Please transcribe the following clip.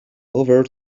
over